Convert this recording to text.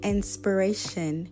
Inspiration